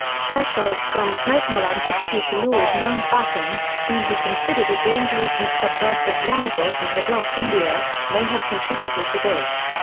churchill's strong personal antipathy to lord mountbatten, whom he considered a dangerous and subversive rival who had lost india, may have contributed to this.